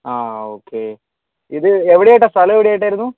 ആഹ് okay ഇത് എവിടെ ആയിട്ടാണ് സ്ഥലം എവിടെ ആയിട്ടായിരുന്നു